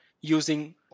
using